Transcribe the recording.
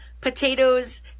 potatoes